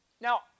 Now